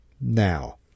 Now